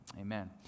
Amen